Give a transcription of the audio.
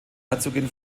herzogin